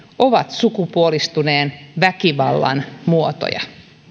ovat sukupuolistuneen väkivallan muotoja